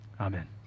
Amen